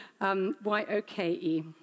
Y-O-K-E